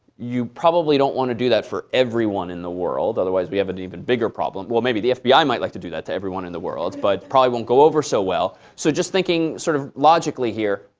you probably don't want to do that for everyone in the world, otherwise we have an even bigger problem. well, maybe the fbi might like to do that to everyone in the world, but probably won't go over so well. so just thinking sort of logically here,